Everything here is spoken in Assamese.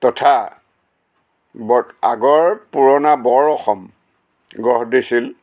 তথা ব আগৰ পুৰণা বৰ অসম গঢ় দিছিল